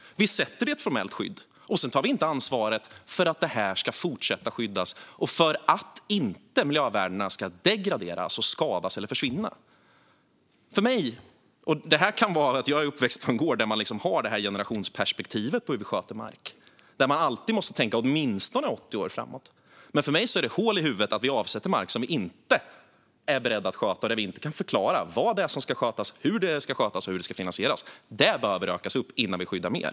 Vi sätter det i ett formellt skydd men tar inte ansvar för att naturreservaten ska fortsätta skyddas och för att miljövärdena inte att ska degraderas, skadas eller försvinna. Jag är uppvuxen på en gård där man har ett generationsperspektiv på hur man sköter mark. Man måste alltid tänka åtminstone 80 år framåt. För mig är det hål i huvudet att avsätta mark som vi inte är beredda att sköta och vi inte kan förklara vad som ska skötas, hur det ska skötas och hur det ska finansieras. Kunskapen om det behöver ökas innan vi skyddar mer.